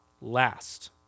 last